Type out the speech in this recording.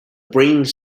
brains